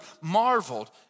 marveled